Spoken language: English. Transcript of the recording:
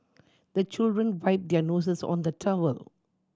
the children wipe their noses on the towel